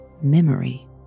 memory